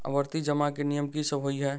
आवर्ती जमा केँ नियम की सब होइ है?